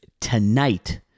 tonight